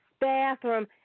bathroom